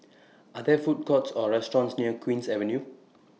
Are There Food Courts Or restaurants near Queen's Avenue